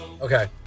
Okay